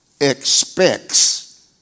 expects